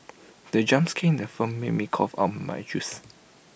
the jump skin in the film made me cough out my juice